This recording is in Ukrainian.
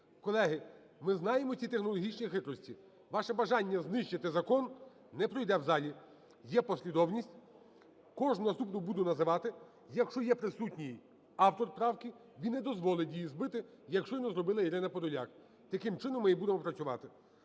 Колеги, ми знаємо ці технологічні хитрості. Ваше бажання знищити закон не пройде в залі. Є послідовність. Кожну наступну буду називати. Якщо є присутній автор правки, він не дозволить її збити, як щойно зробила Ірина Подоляк. Таким чином ми і будемо працювати.